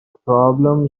problem